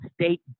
state